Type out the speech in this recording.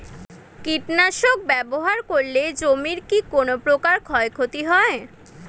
কীটনাশক ব্যাবহার করলে জমির কী কোন প্রকার ক্ষয় ক্ষতি হয়?